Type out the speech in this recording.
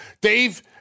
Dave